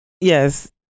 Yes